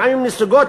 לפעמים נסוגות,